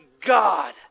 God